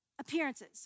appearances